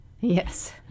Yes